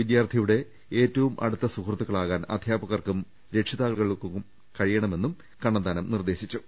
വിദ്യാർഥിയുടെ ഏറ്റവും അടുത്ത സുഹൃത്തുക്കളാവാൻ അധ്യാപകർക്കും രക്ഷിതാക്കൾക്കും കഴിയണമെന്നും കണ്ണന്താനം നിർദേശിച്ചു